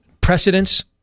precedents